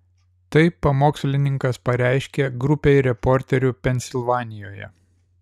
tai pamokslininkas pareiškė grupei reporterių pensilvanijoje